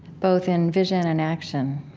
both in vision and action.